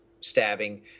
stabbing